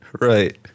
Right